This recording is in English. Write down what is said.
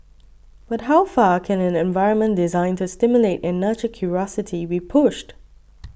but how far can an environment designed to stimulate and nurture curiosity be pushed